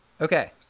okay